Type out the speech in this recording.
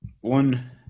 One